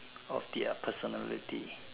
of their personality